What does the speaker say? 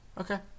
Okay